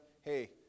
hey